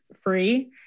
free